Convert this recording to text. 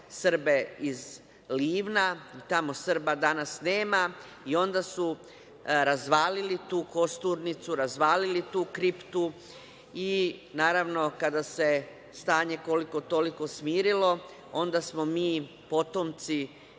iz Livna. Tamo Srba danas nema i onda su razvalili tu kosturnicu, razvalili tu kriptu i naravno, kada se stanje koliko, toliko smirilo, onda smo mi potomci